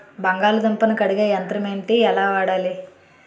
బంగాళదుంప ను కడిగే యంత్రం ఏంటి? ఎలా వాడాలి?